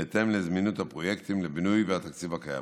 בהתאם לזמינות הפרויקטים לבינוי ולתקציב הקיים.